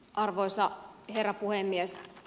arvoisa herra puhemies